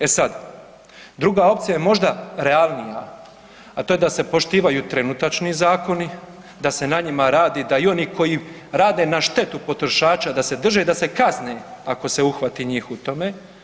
E sad, druga opcija je možda realnija, a to je da se poštivanju trenutačni zakoni, da se na njima radi da i oni koji rade na štetu potrošača da se drže i da se kazne ako se uhvati njih u tome.